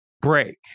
break